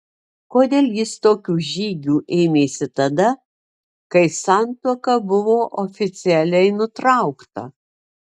kodėl jis tokių žygių ėmėsi tada kai santuoka buvo oficialiai nutraukta